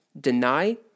deny